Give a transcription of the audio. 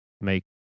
make